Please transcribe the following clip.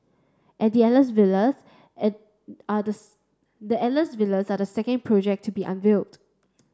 and the Alias Villas are the Alias Villas are the second project to be unveiled